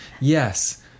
Yes